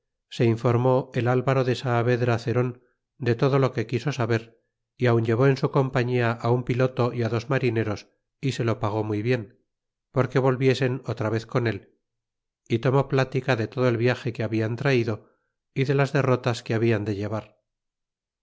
se informó el alvaro de saavedra cerón de todo lo que quiso saber y aun llevó en su compañía un piloto y dos marineros y se lo pagó muy bien porque volviesen otra vez con él y tomó plática de todo el viage que habian traido y de las derrotas que hablan de llevar